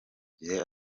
gihe